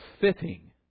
fitting